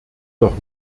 doch